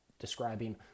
describing